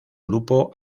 grupo